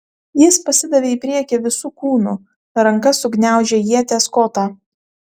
jis pasidavė į priekį visu kūnu ranka sugniaužė ieties kotą